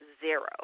zero